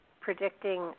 predicting